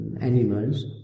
animals